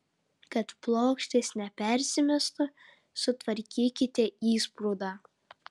kad plokštės nepersimestų sutvarkykite įsprūdą